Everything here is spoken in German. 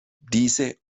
diese